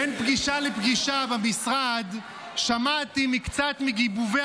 בין פגישה לפגישה במשרד שמעתי מקצת מגיבובי